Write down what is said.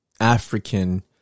African